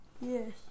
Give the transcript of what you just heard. Yes